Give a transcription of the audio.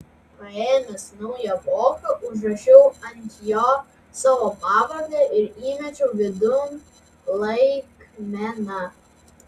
paėmęs naują voką užrašiau ant jo savo pavardę ir įmečiau vidun laikmeną